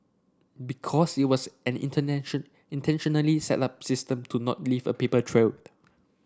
because it was an intentionally set up system to not leave a paper trailed